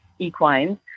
equines